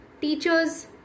teachers